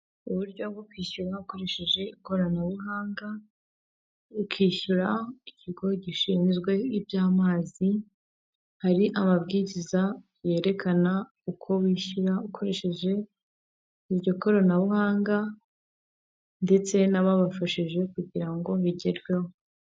Uburyo bwo kwishyura hakoreshejwe ikoranabuhanga ukishyura ikigo gishinzwe ibyamazi hari amabwiriza yerekana uko wishyura ukoresheje iryo koranabuhanga, ndetse n'ababafashije kugira ngo bigerweho.